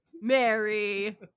Mary